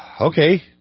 okay